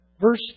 verse